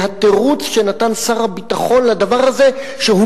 והתירוץ שנתן שר הביטחון לדבר הזה הוא,